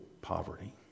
poverty